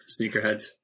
sneakerheads